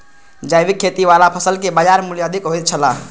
जैविक खेती वाला फसल के बाजार मूल्य अधिक होयत छला